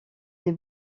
des